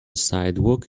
sidewalk